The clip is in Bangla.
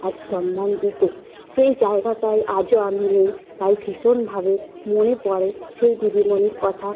আজ সম্মান দিত সেই জায়গাটায় আজও আমি নেই তাই ভীষণভাবে মনে পড়ে সেই দিদিমণির কথা